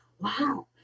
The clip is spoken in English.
wow